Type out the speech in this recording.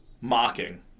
Mocking